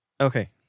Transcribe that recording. Okay